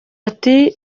ati